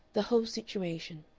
the whole situation.